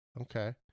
Okay